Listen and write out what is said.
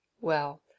Well